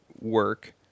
work